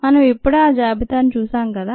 మనం ఇప్పుడే ఆ జాబితా చూసాం కదా